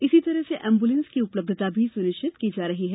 इसी तरह से एम्बुलेंस की उपलब्धता भी सुनिश्चित की जा रही है